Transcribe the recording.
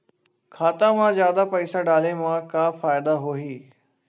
खाता मा जादा पईसा डाले मा का फ़ायदा होही?